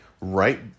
right